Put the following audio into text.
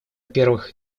первых